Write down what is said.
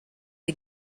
die